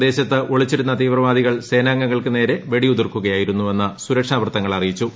പ്രദേശത്ത് ഒളിച്ചിരുന്ന തീവ്രവാദികൾ സേനാംഗങ്ങൾക്ക് നേരെ വെടിയുതിർക്കുകയായിരുന്നു എന്ന് സുരക്ഷാ വൃത്തങ്ങൾ അറിയിച്ചു